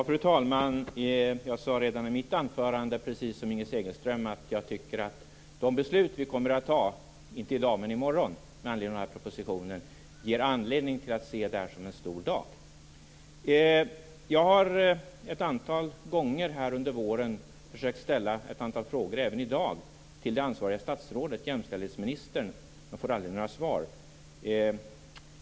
Fru talman! Jag sade redan i mitt anförande, precis som Inger Segelström, att de beslut som vi kommer att fatta i morgon med anledning av den här propositionen ger anledning att se det här som en stor dag. Jag har ett antal gånger under våren, även i dag, försökt ställa ett antal frågor till det ansvariga statsrådet, jämställdhetsministern, men får aldrig några svar.